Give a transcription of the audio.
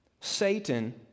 Satan